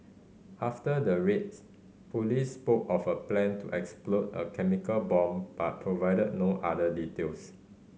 after the raids police spoke of a plan to explode a chemical bomb but provided no other details